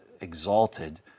exalted